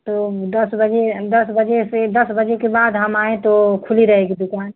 तो दस बजे दस बजे से दस बजे के बाद हम आयें तो खुली रहेगी दुकान